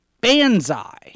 Banzai